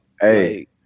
Hey